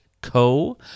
co